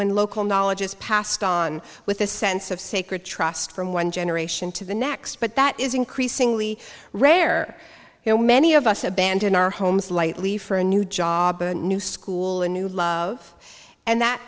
when local knowledge is passed on with a sense of sacred trust from one generation to the next but that is increasingly rare now many of us abandon our homes lightly for a new job a new school a new love and that